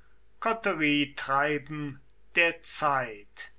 wüsten koterietreiben der zeit